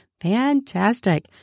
Fantastic